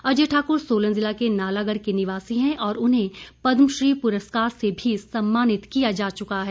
अजय ठाकुर सोलन जिला के नालागढ़ के निवासी हैं और उन्हें पदम श्री पुरस्कार से भी सम्मानित किया जा चुका है